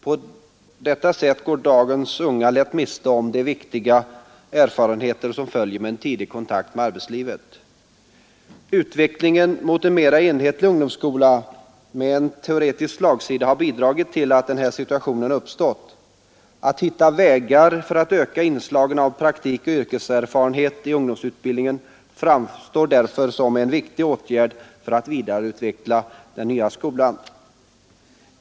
På det sättet går dagens unga lätt miste om de viktiga erfarenheter som följer av en tidig kontakt med arbetslivet. Utvecklingen mot en mera enhetlig ungdomsskola med en teoretisk slagsida har bidragit till att den här situationen uppstått. Att hitta vägar för att öka inslagen av praktik och yrkeserfarenhet i ungdomsutbildningen framstår därför som en riktig åtgärd för att vidareutveckla den nya skolan.